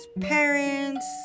parents